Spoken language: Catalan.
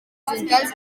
horitzontals